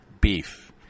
beef